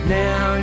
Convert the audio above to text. now